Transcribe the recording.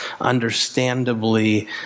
understandably